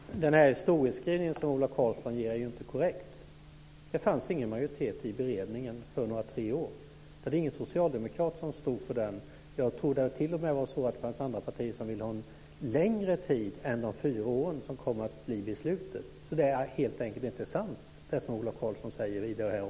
Fru talman! Den historieskrivning som Ola Karlsson ger är inte korrekt. Det fanns ingen majoritet i beredningen för en tillståndsperiod på tre år. Det var ingen socialdemokrat som stod för det. Jag tror t.o.m. att det var så att det fanns andra partier som ville ha en längre tillståndsperiod än de fyra år som kom att bli beslutet. Så det som Ola Karlsson säger i detta avseende är helt enkelt inte sant.